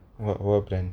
what what brand